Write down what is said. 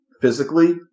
physically